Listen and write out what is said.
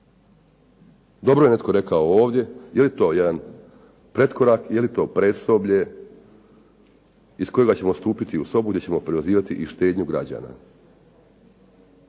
Dobro je netko rekao ovdje, je li to jedan pretkorak, je li to predsoblje iz kojega ćemo stupiti u sobu di ćemo oporezivati i štednju građana?